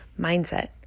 mindset